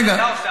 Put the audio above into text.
אתה עושה הפרדה.